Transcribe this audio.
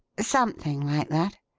something like that.